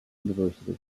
university